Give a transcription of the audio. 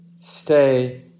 stay